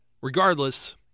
regardless